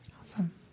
Awesome